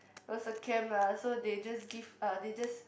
it was a camp lah so they just give uh they just